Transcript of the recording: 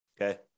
okay